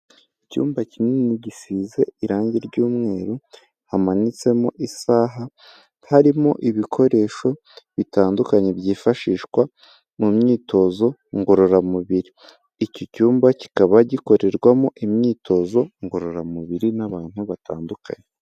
Icyumba kinini gisize irangi ry'umweru hamanitsemo isaha, harimo ibikoresho bitandukanye byifashishwa mu myitozo ngororamubiri, iki cyumba kikaba gikorerwamo imyitozo ngororamubiri n'abantu batandukanye.